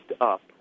up